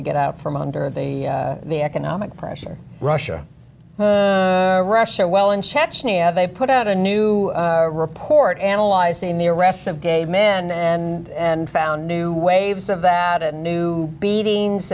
to get out from under the the economic pressure russia russia well in chechnya they put out a new report analyzing the arrests of gay men and found new waves of that a new beating